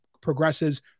progresses